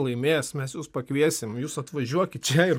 laimės mes jus pakviesim jus atvažiuokit čia ir